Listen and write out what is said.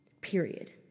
Period